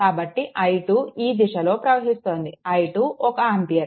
కాబట్టి i2 ఈ దిశలో ప్రవహిస్తోంది i2 1 ఆంపియర్